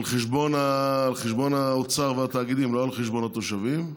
על חשבון האוצר והתאגידים, לא על חשבון התושבים,